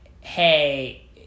hey